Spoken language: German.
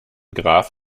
graf